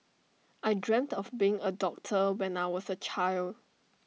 I dreamt of being A doctor when I was A child